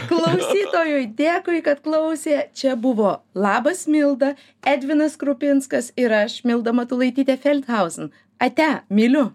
klausytojui dėkui kad klausė čia buvo labas milda edvinas krupinskas ir aš milda matulaitytė felkauzen ate myliu